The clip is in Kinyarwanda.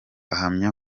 ahamya